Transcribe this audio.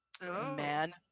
man